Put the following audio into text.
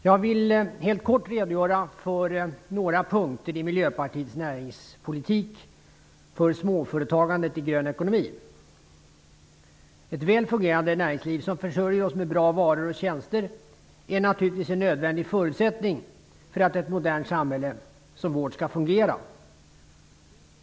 Herr talman! Jag vill helt kort redogöra för några punkter i Miljöpartiets näringspolitik för småföretagandet i grön ekonomi. Ett väl fungerande näringsliv, som försörjer oss med bra varor och tjänster, är naturligtvis en nödvändig förutsättning för att ett modernt samhälle som vårt skall fungera.